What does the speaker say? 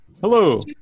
Hello